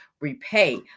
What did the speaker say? repay